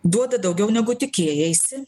duoda daugiau negu tikėjaisi